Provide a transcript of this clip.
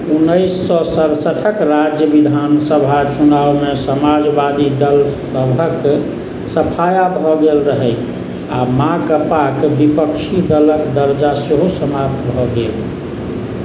उनैस सए सरिसठक राज्य विधानसभा चुनावमे समाजवादी दल सभके सफाया भऽ गेल रहैक आओर माकपाके विपक्षी दलके दर्जा सेहो समाप्त भऽ गेल